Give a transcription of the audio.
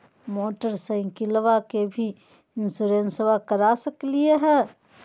मोटरसाइकिलबा के भी इंसोरेंसबा करा सकलीय है?